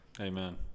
Amen